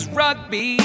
rugby